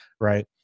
Right